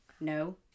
No